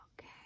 Okay